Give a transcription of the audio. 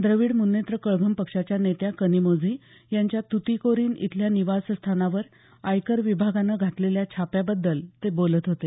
द्रविड मुन्नेत्र कळघम पक्षाच्या नेत्या कनिमोझी यांच्या तुतीकोरीन इथल्या निवासस्थानावर आयकर विभागानं घातलेल्या छाप्याबद्दल ते बोलत होते